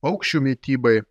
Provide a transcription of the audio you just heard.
paukščių mitybai